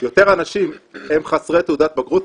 יותר אנשים הם חסרי תעודת בגרות,